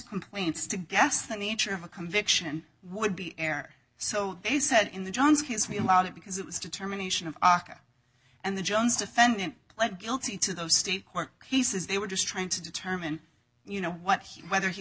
complaints to guess the nature of a conviction would be air so they said in the jones case me allowed it because it was determination of aka and the jones defendant pled guilty to those state court he says they were just trying to determine you know what he whether he